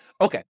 Okay